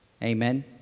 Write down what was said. Amen